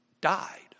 died